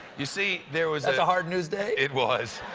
you see, there was that's a hard-news day. it was.